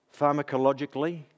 Pharmacologically